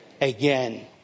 again